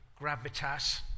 gravitas